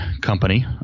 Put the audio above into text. company